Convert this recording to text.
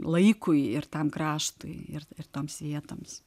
laikui ir tam kraštui ir ir toms vietoms